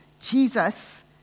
Jesus